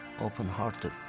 open-hearted